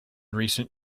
recent